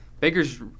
Baker's